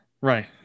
Right